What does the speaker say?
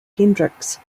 hendricks